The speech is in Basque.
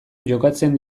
jokatzen